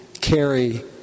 carry